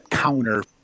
Counter